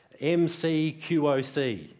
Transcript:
MCQOC